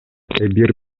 эпир